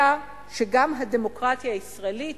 אלא שגם הדמוקרטיה הישראלית